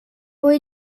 och